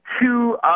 two